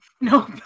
Nope